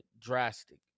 drastic